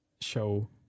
show